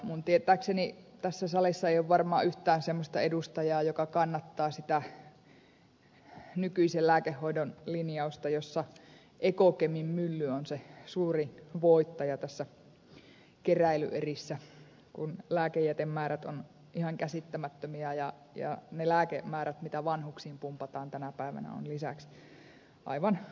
minun tietääkseni tässä salissa ei ole varmaan yhtään semmoista edustajaa joka kannattaa nykyistä lääkehoidon linjausta jossa ekokemin mylly on se suurin voittaja näissä keräilyerissä kun lääkejätemäärät ovat ihan käsittämättömiä ja ne lääkemäärät mitä vanhuksiin pumpataan tänä päivänä ovat lisäksi aivan uskomattomia